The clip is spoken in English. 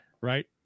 right